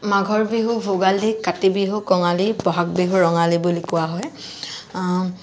মাঘৰ বিহু ভোগালী কাতি বিহু কঙালী ব'হাগ বিহু ৰঙালী বুলি কোৱা হয়